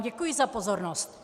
Děkuji vám za pozornost.